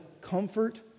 comfort